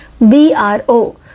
BRO